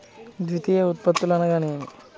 ద్వితీయ ఉత్పత్తులు అనగా నేమి?